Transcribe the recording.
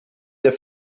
der